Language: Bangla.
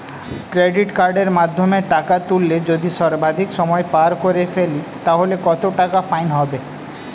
ক্রেডিট কার্ডের মাধ্যমে টাকা তুললে যদি সর্বাধিক সময় পার করে ফেলি তাহলে কত টাকা ফাইন হবে?